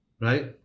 right